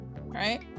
right